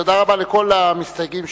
תודה רבה לכל המסתייגים.